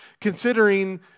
considering